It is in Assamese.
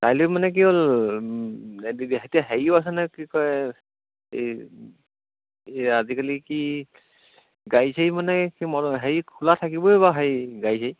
কাইলৈ মানে কি হ'ল এতিয়া হেৰিও আছে নহয় কি কয় এই এই আজিকালি কি গাড়ী চাড়ী মানে কি মল হেৰি খোলা থাকিবই বাৰু হেৰি গাড়ী চাড়ী